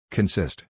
Consist